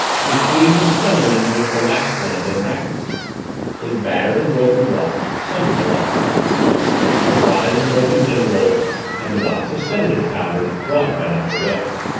including the stone in which the last one had been wrapped a battered and broken watch, somehow left behind a dried and broken dinner roll and the box of sedative powders brought by doctor wells.